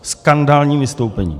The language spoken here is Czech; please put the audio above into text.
Skandálním vystoupením!